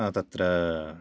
तत्र